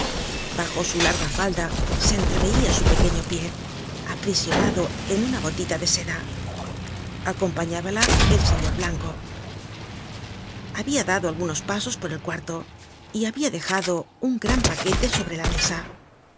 bajo su larga falda se entreveia su pequeño pie aprisionado en una botita de seda acompañábala el señor blanco habia dado algunos pasos por el cuarto y habia dejado un gran paquete sobre la mesa